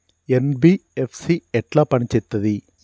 NBFC ఎట్ల పని చేత్తది?